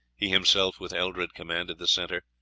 he himself with eldred commanded the centre,